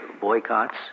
boycotts